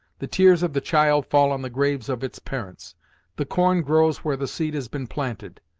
the tears of the child fall on the graves of its parents the corn grows where the seed has been planted.